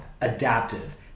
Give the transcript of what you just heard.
adaptive